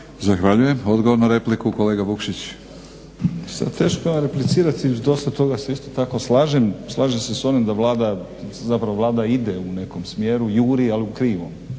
(Hrvatski laburisti - Stranka rada)** Teško je replicirati, s dosta toga se isto tako slažem. Slažem se s onim da Vlada zapravo Vlada ide u nekom smjeru, juri ali u krivom.